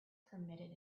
permitted